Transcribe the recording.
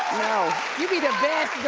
you'd be the best,